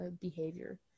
behavior